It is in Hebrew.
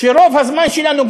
שרוב הזמן שלנו,